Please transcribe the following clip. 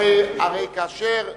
הרי כאשר מתחילים,